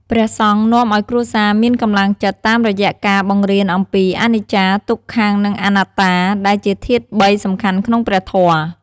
ព្រះសង្ឃនាំឲ្យគ្រួសារមានកម្លាំងចិត្ត តាមរយៈការបង្រៀនអំពីអនិច្ចា ទុក្ខំ និងអនត្តាដែលជាធាតុបីសំខាន់ក្នុងព្រះធម៌។